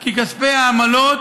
כי כספי העמלות